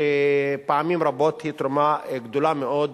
שפעמים רבות היא תרומה גדולה מאוד